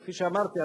כפי שאמרתי,